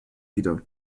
wieder